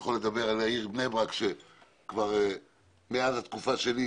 יכול לדבר על העיר בני ברק שכבר מאז התקופה שלי,